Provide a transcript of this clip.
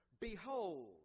Behold